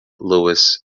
lewes